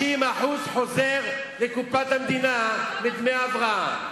60% חוזרים לקופת המדינה מדמי ההבראה.